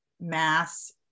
mass